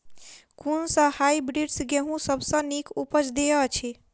कुन सँ हायब्रिडस गेंहूँ सब सँ नीक उपज देय अछि?